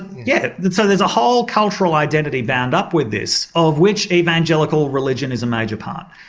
yes. so there's a whole cultural identity bound up with this of which evangelical religion is a major part.